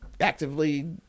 actively